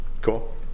Cool